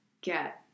get